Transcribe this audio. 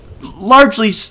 largely